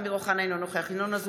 אינו נוכח יולי יואל אדלשטיין,